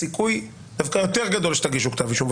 הסיכוי שתגישו כתב אישום הוא גדול יותר,